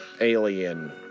alien